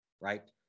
right